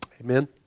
Amen